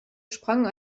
sprang